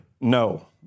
No